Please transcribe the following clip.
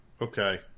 okay